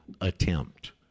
attempt